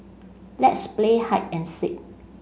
let's play hide and seek